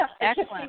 Excellent